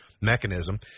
mechanism